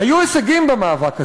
היו הישגים במאבק הזה,